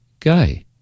gay